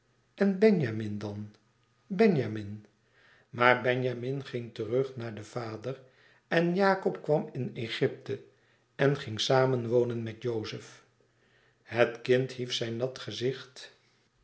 en benjamin dan benjamin maar benjamin ging terug naar den vader en jacob kwam in egypte en ging samen wonen met jozef het kind hief zijn nat gezicht